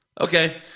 Okay